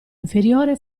inferiore